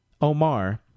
Omar